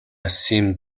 seemed